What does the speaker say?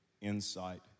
insight